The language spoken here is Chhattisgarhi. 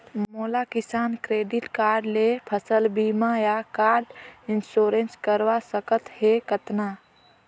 मोला किसान क्रेडिट कारड ले फसल बीमा या क्रॉप इंश्योरेंस करवा सकथ हे कतना?